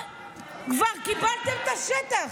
כבר קיבלתם את השטח.